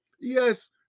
Yes